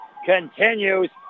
continues